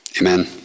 Amen